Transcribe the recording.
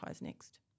next